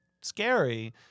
scary